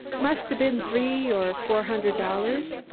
must a been three or four hundred dollars.